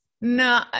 No